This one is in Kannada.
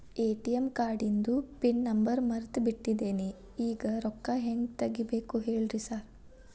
ಎ.ಟಿ.ಎಂ ಕಾರ್ಡಿಂದು ಪಿನ್ ನಂಬರ್ ಮರ್ತ್ ಬಿಟ್ಟಿದೇನಿ ಈಗ ರೊಕ್ಕಾ ಹೆಂಗ್ ತೆಗೆಬೇಕು ಹೇಳ್ರಿ ಸಾರ್